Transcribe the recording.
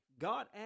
God